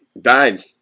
Died